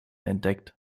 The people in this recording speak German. entdeckt